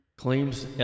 Claims